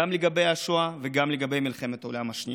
גם לגבי השואה וגם לגבי מלחמת העולם השנייה.